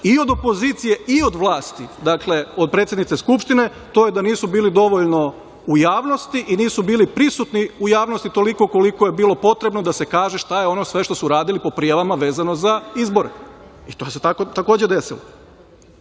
i od opozicije i od vlasti, dakle, od predsednice Skupštine, to je da nisu bili dovoljno u javnosti i nisu bili prisutni u javnosti toliko koliko je bilo potrebno da se kaže šta je ono sve što su uradili po prijavama vezano za izbore, i to se takođe desilo. Što